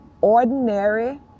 ordinary